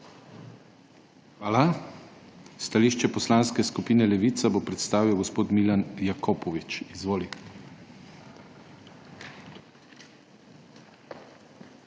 Hvala. Stališče Poslanske skupine Levica bo predstavil gospod Milan Jakopovič. Izvolite.